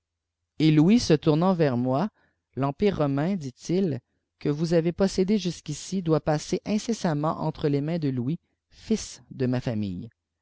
et louis se tournant vers moi l'empire romain dit-il que vous aveï possédé jusqu'ici doit passer incessamment entre les mains de louis fils de ma famille